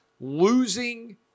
losing